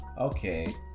Okay